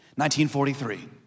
1943